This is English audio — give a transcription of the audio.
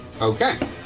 Okay